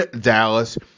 Dallas